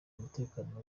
umutekano